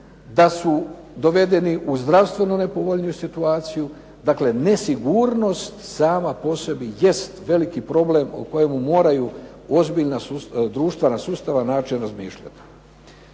da su dovedeni u zdravstveno nepovoljniju situaciju. Dakle, nesigurnost sama po sebi jest veliki problem o kojemu moraju ozbiljna društva na sustavan način razmišljati.